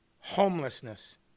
homelessness